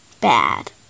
Bad